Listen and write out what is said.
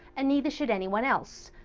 and neither should anyone else.